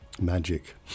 magic